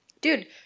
Dude